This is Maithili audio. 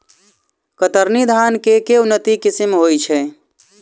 कतरनी धान केँ के उन्नत किसिम होइ छैय?